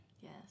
yes